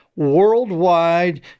worldwide